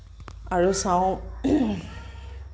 আৰু চাওঁ